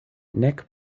nek